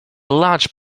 large